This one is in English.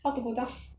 how to go down